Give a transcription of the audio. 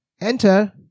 Enter